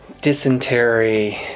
dysentery